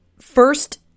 First